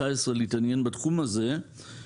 להתעניין בתחום הזה כבר בשנת 2019,